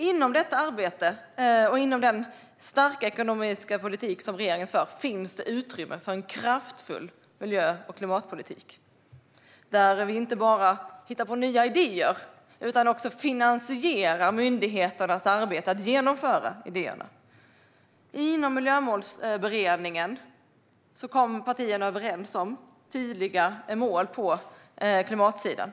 I detta arbete och inom den starka ekonomiska politik som regeringen för finns det utrymme för en kraftfull miljö och klimatpolitik. Vi hittar inte bara på nya idéer utan finansierar också myndigheternas arbete att genomföra idéerna. I Miljömålsberedningen kom partierna överens om tydliga mål på klimatsidan.